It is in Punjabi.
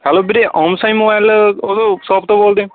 ਹੈਲੋ ਵੀਰੇ ਓਮ ਸਾਈਂ ਮੋਬਾਇਲ ਉਹ ਤੋਂ ਸ਼ੋਪ ਤੋਂ ਬੋਲਦੇ ਹੋ